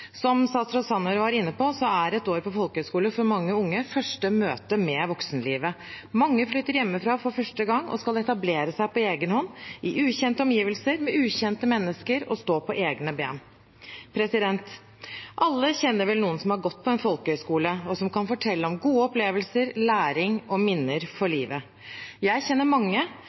Som statsråd Sanner var inne på, er et år på folkehøyskole for mange unge det første møtet med voksenlivet. Mange flytter hjemmefra for første gang og skal etablere seg på egen hånd og stå på egne ben – i ukjente omgivelser, med ukjente mennesker. Alle kjenner vel noen som har gått på en folkehøyskole, og som kan fortelle om gode opplevelser, læring og minner for livet. Jeg kjenner mange,